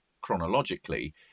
chronologically